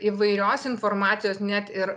įvairios informacijos net ir